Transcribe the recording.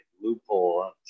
loophole